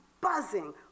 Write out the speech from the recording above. buzzing